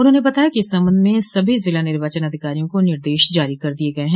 उन्होंने बताया कि इस संबंध म सभी जिला निर्वाचन अधिकारियों को निर्देश जारी कर दिये गये हैं